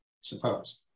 suppose